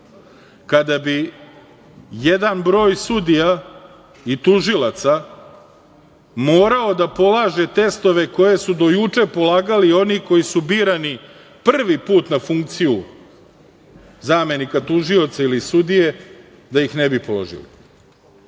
kada bi jedan broj sudija i tužilaca morao da polaže testove koje su do juče polagali i oni koji su birani prvi put na funkciju zamenika tužioca ili sudije, da ih ne bi položili.